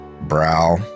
brow